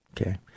okay